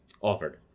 Offered